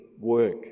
work